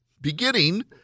beginning